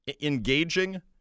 engaging